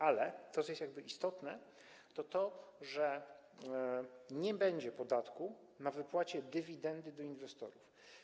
Ale to, co jest istotne, to to, że nie będzie podatku na wypłacie dywidendy do inwestorów.